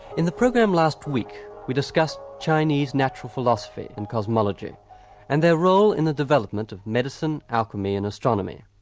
in the program last week, we discussed chinese natural philosophy and cosmology and their role in the development of medicine, alchemy and astronomy.